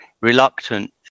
reluctant